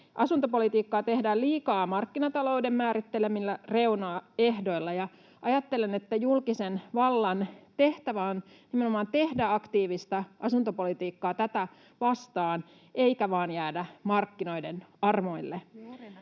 Asuntopolitiikkaa tehdään liikaa markkinatalouden määrittelemillä reunaehdoilla, ja ajattelen, että julkisen vallan tehtävä on nimenomaan tehdä aktiivista asuntopolitiikkaa tätä vastaan eikä vain jäädä markkinoiden armoille.